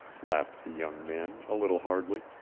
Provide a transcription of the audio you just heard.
laughed the young man a little hardly.